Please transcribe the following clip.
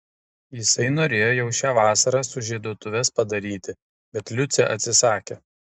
jisai norėjo jau šią vasarą sužieduotuves padaryti bet liucė atsisakė